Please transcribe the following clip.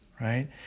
right